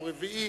הוא הרביעי,